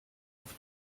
auf